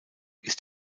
ist